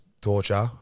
torture